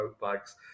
bags